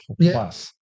plus